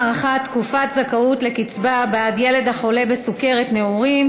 הארכת תקופת זכאות לקצבה בעד ילד החולה בסוכרת נעורים),